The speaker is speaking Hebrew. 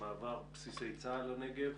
מעבר בסיסי צה"ל לנגב,